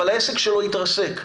אבל העסק שלו התרסק,